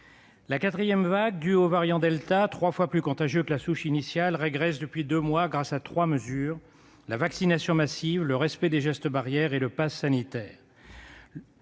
La quatrième vague, due au variant delta, qui est trois fois plus contagieux que la souche initiale, régresse depuis deux mois grâce à trois mesures : la vaccination massive, le respect des gestes barrières et le passe sanitaire.